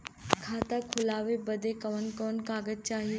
खाता खोलवावे बादे कवन कवन कागज चाही?